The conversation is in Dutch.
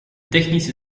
technische